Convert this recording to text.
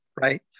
Right